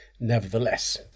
Nevertheless